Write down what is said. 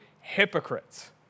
hypocrites